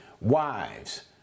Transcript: Wives